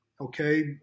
Okay